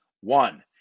One